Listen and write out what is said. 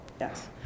Yes